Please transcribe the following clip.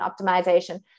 optimization